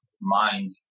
mind